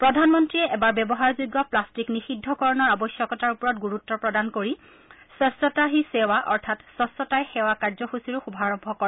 প্ৰধানমন্তীয়ে এবাৰ ব্যৱহাৰযোগ্য প্লাট্টিক নিযিদ্ধকৰণৰ আৱশ্যকতাৰ ওপৰত গুৰুত্ব প্ৰদান কৰি স্ক্ছতা হী সেৱা অৰ্থাৎ স্ক্ছতাই সেৱা কাৰ্যসূচীৰো শুভাৰভ কৰে